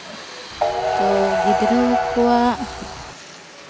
ᱡᱚᱛᱚ ᱜᱤᱫᱽᱨᱟᱹ ᱠᱚᱣᱟᱜ